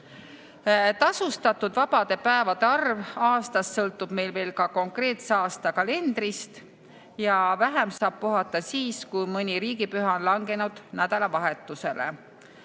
Tasustatud vabade päevade arv aastas sõltub meil konkreetse aasta kalendrist ja vähem saab puhata siis, kui mõni riigipüha on langenud nädalavahetusele.